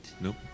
nope